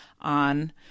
on